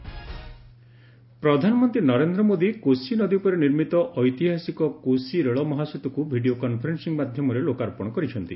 PM Koshi mega bridge ପ୍ରଧାନମନ୍ତ୍ରୀ ନରେନ୍ଦ୍ର ମୋଦି କୋଶି ନଦୀ ଉପରେ ନିର୍ମିତ ଐତିହାସିକ କୋଶି ରେଳ ମହାସେତୁକୁ ଭିଡ଼ିଓ କନ୍ଫରେନ୍ସିଂ ମାଧ୍ୟମରେ ଲୋକାର୍ପଣ କରିଛନ୍ତି